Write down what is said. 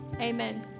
Amen